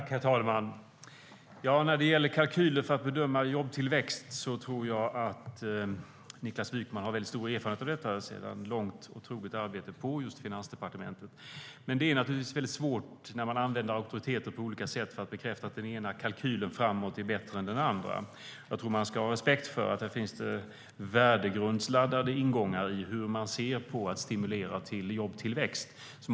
Herr talman! När det gäller kalkyler för att bedöma jobbtillväxt tror jag att Niklas Wykman har väldigt stor erfarenhet av detta efter långt och troget arbete på just Finansdepartementet. Det är naturligtvis väldigt svårt när man använder auktoriteter på olika sätt för att bekräfta att den ena kalkylen framåt är bättre än den andra. Man ska ha respekt för att det finns värdegrundsladdade ingångar i hur man ser på att stimulera till jobbtillväxt.